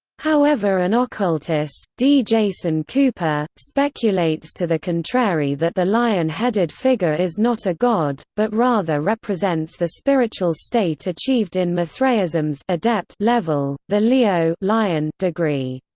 however an occultist, d. jason cooper, speculates to the contrary that the lion-headed figure is not a god, but rather represents the spiritual state achieved in mithraism's adept level, the leo like and degree.